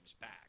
back